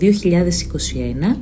2021